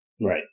Right